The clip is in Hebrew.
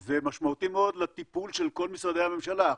זה משמעותי מאוד לטיפול של כל משרדי הממשלה.